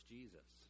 Jesus